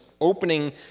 opening